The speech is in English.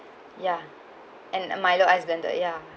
ya and milo ice blended ya